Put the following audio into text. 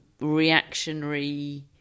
reactionary